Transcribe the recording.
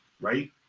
right